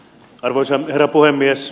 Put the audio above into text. arvoisa herra puhemies